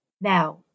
Now